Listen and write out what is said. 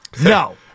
No